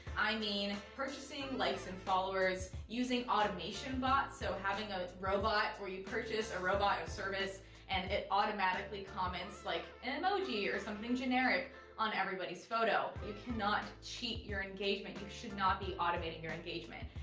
i mean purchasing likes and followers, using automation bots, so having a robot where you purchase a robot or service and it automatically comments like and emoji or something generic on everybody's photo. you cannot cheat your engagement. you should not be automating your engagement.